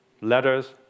letters